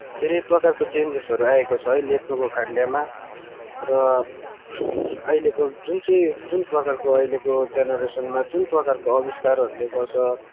धेरै प्रकारको चेन्जेसहरू आएको छ है लेख्नुको खन्डमा र अहिलेको जुन चाहिँ जुन प्रकारको अहिलेको जेनरेसनमा जुन प्रकारको आविष्कारहरूले गर्दा